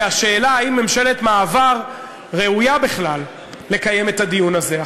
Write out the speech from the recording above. השאלה אם ממשלת מעבר ראויה בכלל לקיים את הדיון הזה.